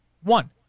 One